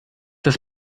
das